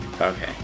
Okay